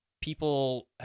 people